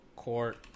court